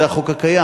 זה החוק הקיים.